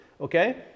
Okay